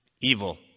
evil